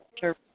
Sure